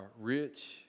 rich